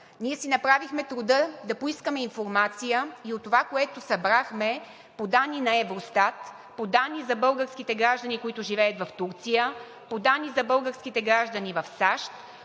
Ние си направихме труда да поискаме информация и от това, което събрахме, по данни на Евростат, по данни за българските граждани, които живеят в Турция, по данни за българските граждани в САЩ,